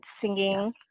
singing